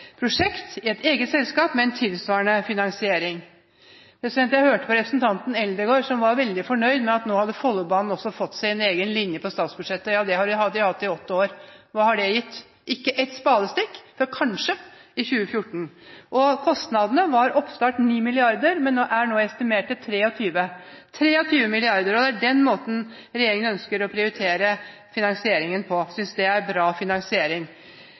prosjekt i et eget selskap med en tilsvarende finansiering. Jeg hørte på representanten Eldegard, som var veldig fornøyd med at også Follobanen nå hadde fått sin egen linje på statsbudsjettet. Det har den hatt i åtte år. Hva har det gitt? Ikke et spadestikk – før kanskje i 2014. Kostnadene var ved oppstart 9 mrd. kr, men er nå estimert til 23 mrd. kr. Det er den måten regjeringen ønsker å prioritere finansieringen på – de synes det er bra finansiering.